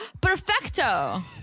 Perfecto